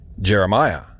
Jeremiah